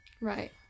Right